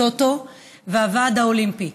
הטוטו והוועד האולימפי.